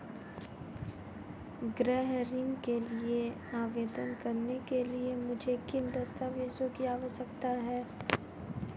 गृह ऋण के लिए आवेदन करने के लिए मुझे किन दस्तावेज़ों की आवश्यकता है?